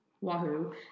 wahoo